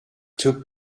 two